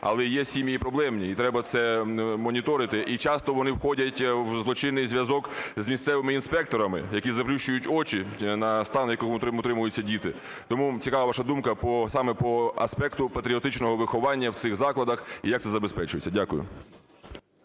але є сім'ї і проблемні, і треба це моніторити, і часто вони входять в злочинний зв'язок з місцевими інспекторами, які заплющують очі на стан, в якому утримуються діти. Тому цікава ваша думка саме по аспекту патріотичного виховання в цих закладах і як це забезпечується. Дякую.